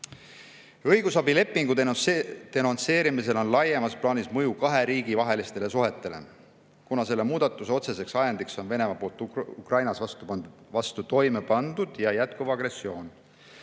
Õigusabilepingu denonsseerimisel on laiemas plaanis mõju kahe riigi vahelistele suhetele, kuna selle muudatuse otseseks ajendiks on Venemaa poolt Ukraina vastu toimepandud ja jätkuv agressioon.